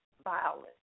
Violent